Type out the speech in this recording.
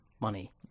money